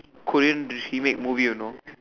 Korean remade movie you know